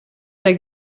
der